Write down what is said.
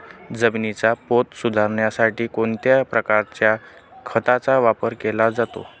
जमिनीचा पोत सुधारण्यासाठी कोणत्या प्रकारच्या खताचा वापर केला जातो?